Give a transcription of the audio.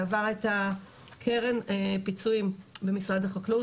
בעבר היתה קרן פיצויים במשרד החקלאות,